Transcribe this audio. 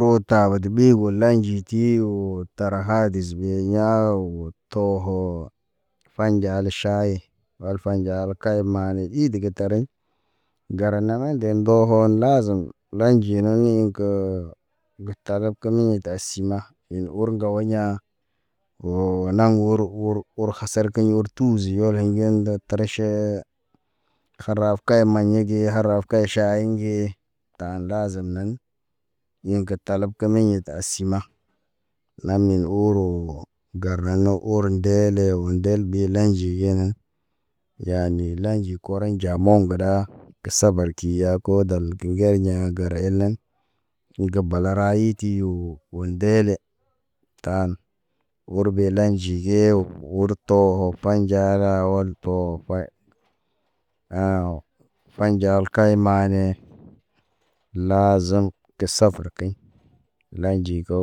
Rota ɔd ɓe ola njiti oo tara ha dəs ɓe ya̰ oo, tɔhɔ, ɓa njale ʃay. Ɔl fa njal kay mane id ge tarḛŋ gara name nde ŋgoho nazem, lanji nani ke ge taleb ge mi da sima, ḭ ur ŋgawe ya̰. Oo naŋ uru- uru- uru hasar keɲ yer tu zi wole yeŋ da tre. Tre ʃee haraf keye ma yege haraf kaye ʃay ŋge tan lazen nen. Ḭ ge talab ke meɲe ta sima, lamin uruu. Gar nano or ndele o ndel bi lḛnji yenen, yani lanji kɔre nja mɔŋ ɗa. Ge sabar ki ya ko dal ge ŋger ya̰ gar elen, ŋge bala ra hiti oo ndele tan. Or ɓe lanji he urut, toho faɲ nja la ɔl, to fay. Fay ŋjal kay mane, lazem ke saferkeɲ. Laynji ko